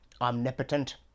omnipotent